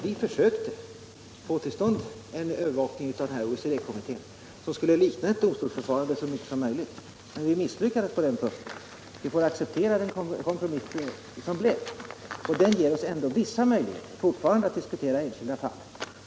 Vi försökte få till stånd en övervakning från OECD-kommittén som skulle likna ett domstolsförfarande så mycket som möjligt, men vi misslyckades på den punkten. Vi får acceptera den kompromiss som man kom fram till, som ändå fortfarande ger oss vissa möjligheter att diskutera enskilda fall.